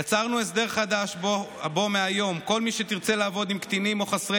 יצרנו הסדר חדש מהיום שבו כל מי שתרצה לעבוד עם קטינים או חסרי